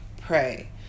Pray